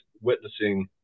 witnessing